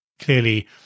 Clearly